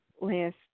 Last